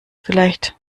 vielleicht